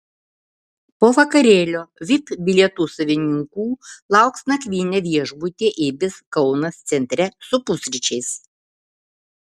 po vakarėlio vip bilietų savininkų lauks nakvynė viešbutyje ibis kaunas centre su pusryčiais